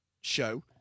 show